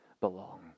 belong